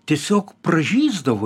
tiesiog pražysdavo